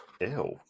Ew